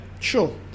sure